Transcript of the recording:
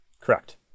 Correct